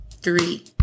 three